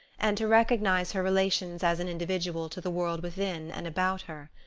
and to recognize her relations as an individual to the world within and about her.